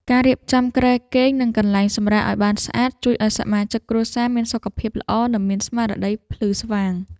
ការរៀបចំគ្រែគេង និងកន្លែងសម្រាកឱ្យបានស្អាតជួយឱ្យសមាជិកគ្រួសារមានសុខភាពល្អ និងមានស្មារតីភ្លឺស្វាង។